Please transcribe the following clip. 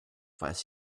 weiß